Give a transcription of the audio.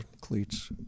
cleats